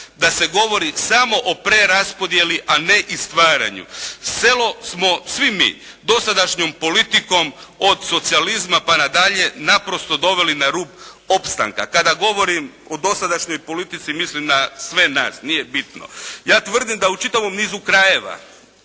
da se govori samo o preraspodjeli, a ne i stvaranju. Selo smo svi mi dosadašnjom politikom od socijalizma pa nadalje naprosto doveli na rub opstanka. Kada govorim o dosadašnjoj politici, mislim na sve nas. Nije bitno. Ja tvrdim da u čitavom nizu krajeva,